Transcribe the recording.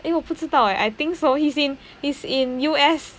诶我不知道诶 I think so he's in he's in U_S